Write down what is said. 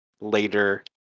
later